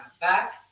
back